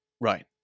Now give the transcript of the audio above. right